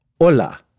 Hola